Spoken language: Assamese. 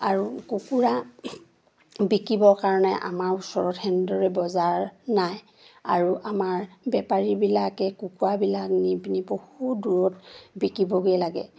আৰু কুকুৰা বিকিবৰ কাৰণে আমাৰ ওচৰত সেনেদৰে বজাৰ নাই আৰু আমাৰ বেপাৰীবিলাকে কুকুৰাবিলাক নি পিনি বহুত দূৰত বিকিবগৈ লাগে